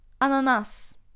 Ananas